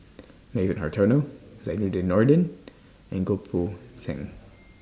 Nathan Hartono Zainudin Nordin and Goh Poh Seng